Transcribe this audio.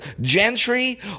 Gentry